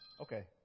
Okay